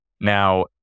Now